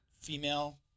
female